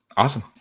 Awesome